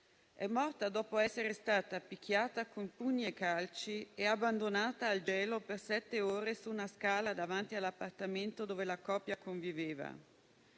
morta dopo essere stata picchiata con pugni e calci e abbandonata al gelo per sette ore su una scala davanti all'appartamento dove la coppia conviveva.